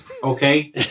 Okay